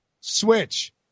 switch